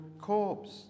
corpse